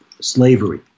slavery